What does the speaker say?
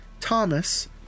Thomas